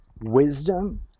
wisdom